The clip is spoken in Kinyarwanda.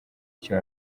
icyo